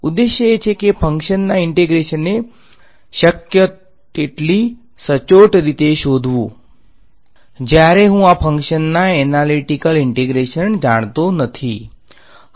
ઉદ્દેશ્ય એ છે કે ફંક્શનના ઈંટેગ્રેશનને શક્ય તેટલી સચોટ રીતે શોધવું જ્યારે હું આ ફંકશન ના એનાલીટીકલ ઈંટેગ્રેશન જાણતો નથી